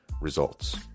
Results